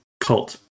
cult